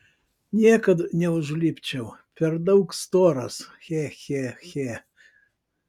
niekad neužlipčiau per daug storas che che che